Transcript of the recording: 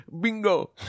Bingo